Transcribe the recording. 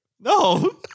No